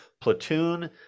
Platoon